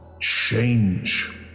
change